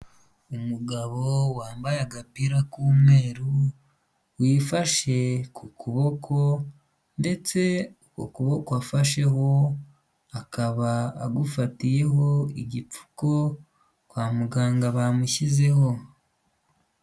Umugabo wambaye agapira k'umweru wifashe ku kuboko ndetse ukuboko afasheho akaba agufatiyeho igipfuku kwa muganga bamushyizeho.